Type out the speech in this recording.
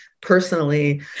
personally